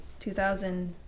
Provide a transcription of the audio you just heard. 2000